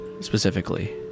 Specifically